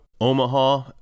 Omaha